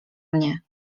mnie